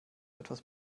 etwas